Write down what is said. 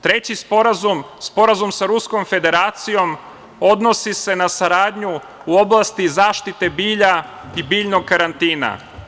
Treći sporazum, sporazum sa Ruskom Federacijom odnosi se na saradnju u oblasti zaštite bilja i biljnog karantina.